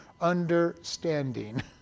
understanding